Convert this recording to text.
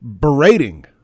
berating